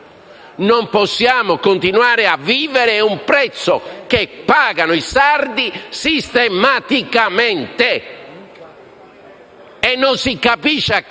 in questa condizione: è un prezzo che pagano i sardi sistematicamente e non si capisce a